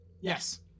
Yes